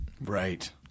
Right